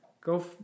go